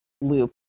loop